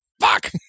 fuck